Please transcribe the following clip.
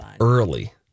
early